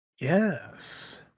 Yes